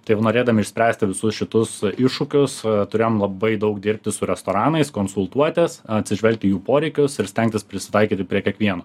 taip norėdami išspręsti visus šitus iššūkius turėjom labai daug dirbti su restoranais konsultuotis atsižvelgti į jų poreikius ir stengtis prisitaikyti prie kiekvieno